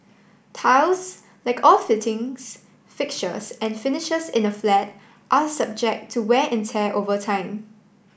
tiles like all fittings fixtures and finishes in a flat are subject to wear and tear over time